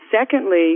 secondly